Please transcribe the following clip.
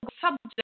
subject